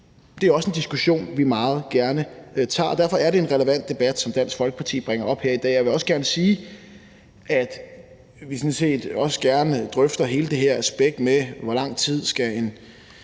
Det er også en diskussion, vi meget gerne tager. Derfor er det en relevant debat, som Dansk Folkeparti bringer op her i dag. Jeg vil også gerne sige, at vi sådan set også gerne drøfter hele det her aspekt med, hvor lang tid en